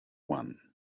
one